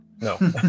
No